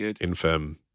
infirm